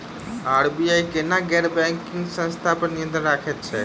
RBI केना गैर banking संस्था पर नियत्रंण राखैत छैक?